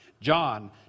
John